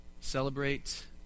Celebrate